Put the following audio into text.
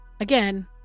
again